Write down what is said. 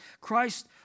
Christ